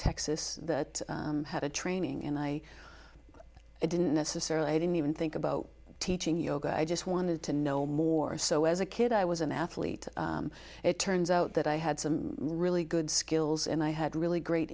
texas that had a training and i it didn't necessarily i didn't even think about teaching yoga i just wanted to know more so as a kid i was an athlete it turns out that i had some really good skills and i had really great